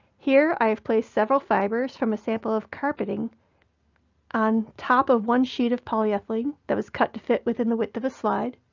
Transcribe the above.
here i have placed several fibers from a sample of carpeting on top of one sheet of polyethylene that was cut to fit within the width of a slide,